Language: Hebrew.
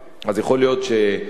יכול להיות שכאמירה,